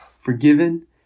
forgiven